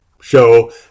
show